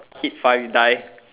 hit five you die